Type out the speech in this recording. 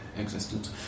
existent